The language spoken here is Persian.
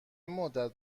مدت